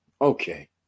Okay